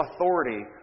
authority